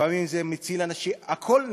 לפעמים זה מציל אנשים, הכול נכון,